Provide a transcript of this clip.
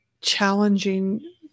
challenging